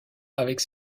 avec